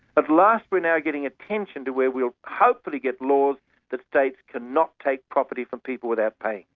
at last we're now getting attention to where we'll hopefully get laws that states can not take property from people without paying.